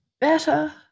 better